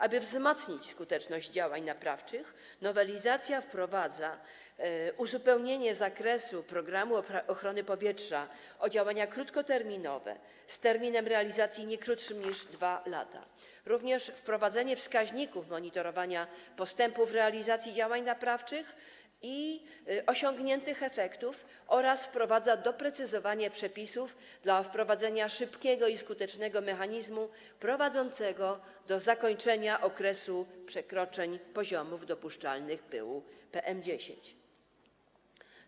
Aby wzmocnić skuteczność działań naprawczych, nowelizacja wprowadza uzupełnienie zakresu programu ochrony powietrza o działanie krótkoterminowe z terminem realizacji nie krótszym niż 2 lata, wprowadza wskaźniki monitorowania postępów realizacji działań naprawczych i osiągniętych efektów oraz wprowadza doprecyzowanie przepisów dla wprowadzenia szybkiego i skutecznego mechanizmu prowadzącego do zakończenia okresu przekroczeń dopuszczalnych poziomów pyłu PM10.